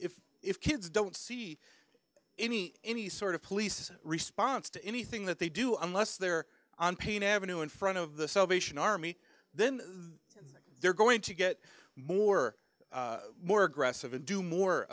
if if kids don't see any any sort of police response to anything that they do unless they're on pain avenue in front of the salvation army then they're going to get more more aggressive and do more